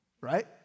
right